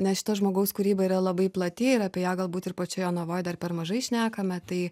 ne šito žmogaus kūryba yra labai plati ir apie ją galbūt ir pačioj jonavoj dar per mažai šnekame tai